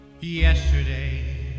Yesterday